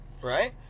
right